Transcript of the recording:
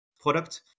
product